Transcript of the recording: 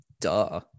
Duh